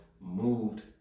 moved